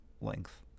length